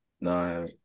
no